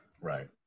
right